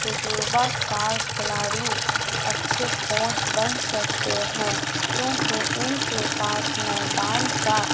تجربہ کار کھلاڑی اچھے کونچ بن سکتے ہیں کیونکہ ان کے پاس میدان کا